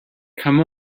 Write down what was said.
come